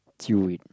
chew it